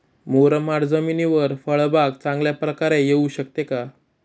मुरमाड जमिनीवर फळबाग चांगल्या प्रकारे येऊ शकते का?